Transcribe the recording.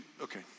okay